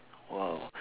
!wow!